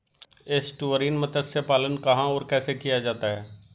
Estuarine मत्स्य पालन कहां और कैसे किया जाता है?